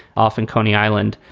often coney island.